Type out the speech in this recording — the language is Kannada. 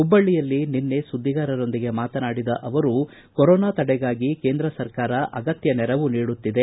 ಹುಬ್ಬಳ್ಳಿಯಲ್ಲಿ ನಿನ್ನೆ ಸುದ್ದಿಗಾರರೊಂದಿಗೆ ಮಾತನಾಡಿದ ಅವರು ಕೊರೋನಾ ತಡೆಗಾಗಿ ಕೇಂದ್ರ ಸರ್ಕಾರ ಅಗತ್ತ ನೆರವು ನೀಡುತ್ತಿದೆ